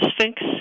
Sphinx